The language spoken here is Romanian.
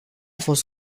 fost